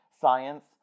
science